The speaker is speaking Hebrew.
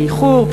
באיחור,